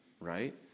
Right